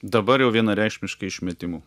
dabar jau vienareikšmiškai išmetimu